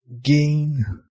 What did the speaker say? gain